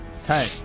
Hey